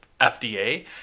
FDA